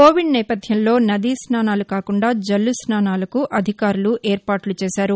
Covid నేపథ్యంలో నదీ స్నానాలు కాకుండా జల్లు స్నానాలకు అధికారులు ఏర్పాట్లు చేశారు